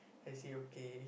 I see okay